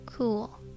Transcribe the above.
Cool